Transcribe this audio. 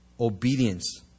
Obedience